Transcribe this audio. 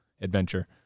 adventure